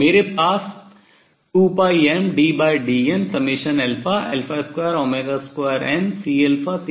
तो मेरे पास 2πmddn22CC h है